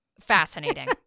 Fascinating